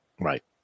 Right